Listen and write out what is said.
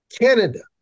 Canada